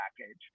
package